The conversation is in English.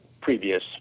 previous